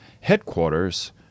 headquarters